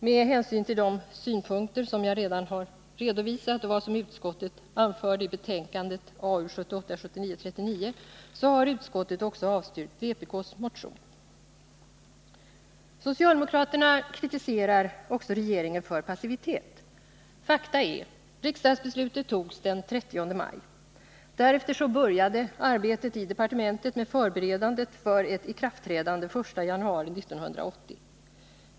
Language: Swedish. Med hänsyn till de synpunkter jag redan har redovisat och vad utskottet anförde i betänkandet AU 1978/79:39 har utskottet också avstyrkt vpk:s motion. Socialdemokraterna kritiserar regeringen för passivitet. Fakta är: Riksdagsbeslutet togs den 30 maj. Därefter började arbetet i departementet med förberedandet för ett ikraftträdande den 1 januari 1980.